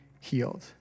healed